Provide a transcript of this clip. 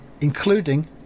including